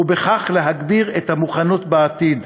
ובכך להגביר את המוכנות בעתיד,